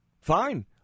Fine